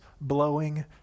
blowing